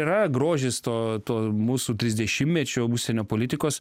yra grožis to to mūsų trisdešimtmečio užsienio politikos